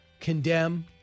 condemn